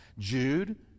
jude